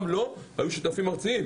גם לו היו שותפים ארציים,